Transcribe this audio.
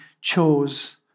chose